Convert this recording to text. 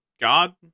God